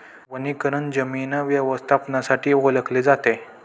वनीकरण जमीन व्यवस्थापनासाठी ओळखले जाते